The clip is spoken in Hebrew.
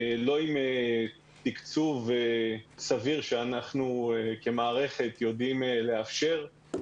לא עם תקצוב סביר שאנחנו כמערכת יודעים לאפשר,